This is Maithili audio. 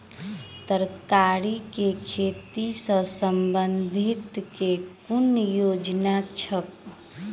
तरकारी केँ खेती सऽ संबंधित केँ कुन योजना छैक?